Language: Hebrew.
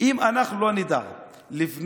אם אנחנו לא נדע לבנות